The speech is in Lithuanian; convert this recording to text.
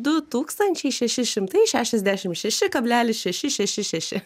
du tūkstančiai šeši šimtai šešiasdešim šeši kablelis šeši šeši šeši